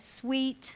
sweet